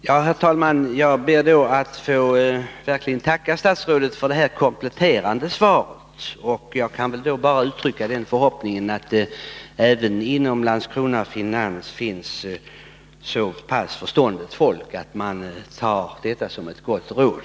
Herr talman! Jag ber verkligen att få tacka statsrådet för det kompletterande svaret. Jag kan då bara uttrycka den förhoppningen att det även inom Landskrona Finans finns så pass förståndigt folk att man tar detta som ett gott råd.